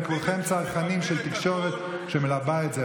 כי אתם כולכם צרכנים של תקשורת שמלבה את זה,